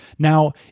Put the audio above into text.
Now